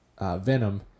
Venom